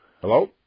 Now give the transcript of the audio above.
Hello